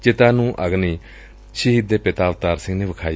ਚਿਤਾ ਨੂੰ ਅਗਨੀ ਸ਼ਹੀਦ ਦੇ ਪਿਤਾ ਅਵਤਾਰ ਸਿੰਘ ਨੇ ਵਿਖਾਈ